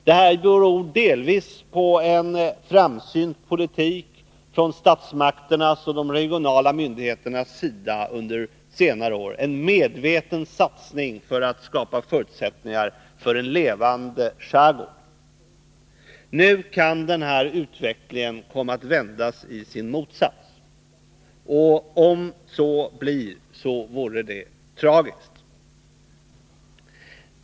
Det beror delvis på en framsynt politik från statsmakternas och de regionala myndigheternas sida under senare år, en medveten satsning för att skapa förutsättningar för en levande skärgård. Nu kan denna utveckling komma att vändas i sin motsats. Det vore tragiskt.